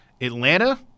Atlanta